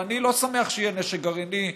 ואני לא שמח שיהיה נשק גרעיני,